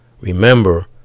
Remember